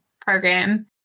Program